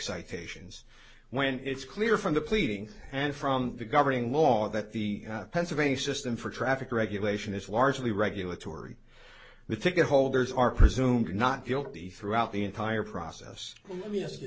citations when it's clear from the pleadings and from the governing law that the pennsylvania system for traffic regulation is largely regulatory the ticket holders are presumed not guilty throughout the entire process let me ask you